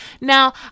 Now